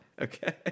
Okay